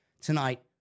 tonight